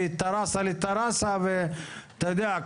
מטראסה לטראסה ואתה יודע,